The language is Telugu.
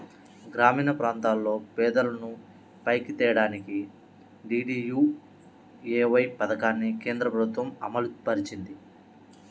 గ్రామీణప్రాంతాల్లో పేదలను పైకి తేడానికి డీడీయూఏవై పథకాన్ని కేంద్రప్రభుత్వం అమలుపరిచింది